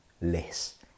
less